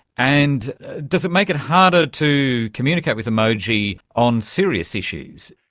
and does it make it harder to communicate with emoji on serious issues?